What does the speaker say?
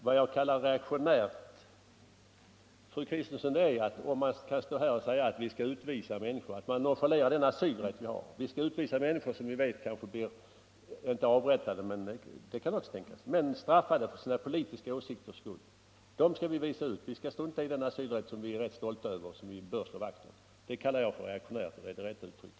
Vad jag kallade reaktionärt var att man nonchalerar den asylrätt vi har och vill utvisa människor som vi vet blir om inte avrättade — ehuru det också kan tänkas — så i varje fall straffade för sina politiska åsikter. Vi skulle alltså strunta i den asylrätt som vi är stolta över och som vi bör slå vakt om. Det kallar jag för reaktionärt, och det är det rätta uttrycket.